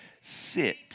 sit